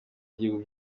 y’ibihugu